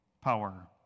power